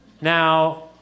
Now